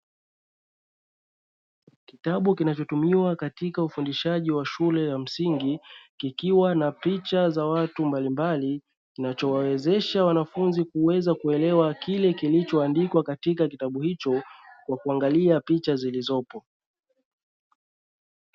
Kitabu kinachotumiwa katika ufundishaji wa shule ya msingi, kikiwa na picha za watu mbalimbali kinachowawezesha wanafunzi kuweza kuelewa kile kilichoandikwa katika kitabu hicho kwa kuangalia picha zilizopo.